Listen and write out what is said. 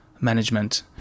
management